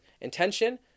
intention